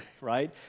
right